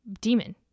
demon